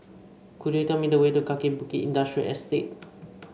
could you tell me the way to Kaki Bukit Industrial Estate